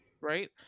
right